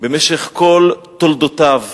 במשך כל תולדותיו.